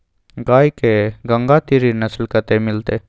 गाय के गंगातीरी नस्ल कतय मिलतै?